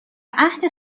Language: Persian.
عهد